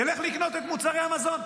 תלך לקנות את מוצרי המזון.